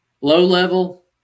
Low-level